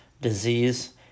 disease